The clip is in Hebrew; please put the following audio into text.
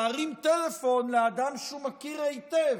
להרים טלפון לאדם שהוא מכיר היטב,